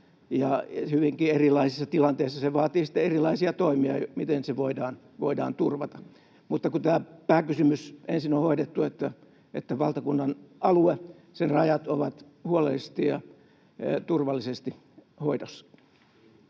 hyvinkin erilaisissa tilanteissa. Se vaatii sitten erilaisia toimia, miten se voidaan turvata, kun tämä pääkysymys ensin on hoidettu, että valtakunnan alue ja sen rajat ovat huolellisesti ja turvallisesti hoidossa.